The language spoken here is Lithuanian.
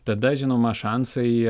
tada žinoma šansai